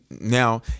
now